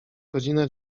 godzina